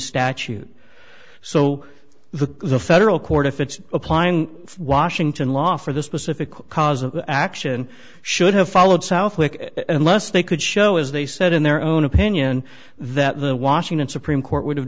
statute so the federal court if it's applying washington law for the specific cause of action should have followed southwick unless they could show as they said in their own opinion that the washington supreme court would have